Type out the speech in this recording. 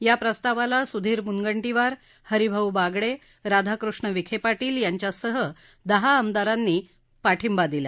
या प्रस्तावाला सुधीर मुनंगटीवार हरीभाऊ बागडे राधाकृष्ण विखे पाटील यांच्यासह दहा आमदारांनी या प्रस्तावाला पाठिंबा दिला